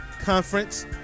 Conference